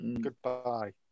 Goodbye